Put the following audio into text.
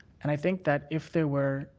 and i think that if there were,